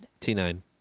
T9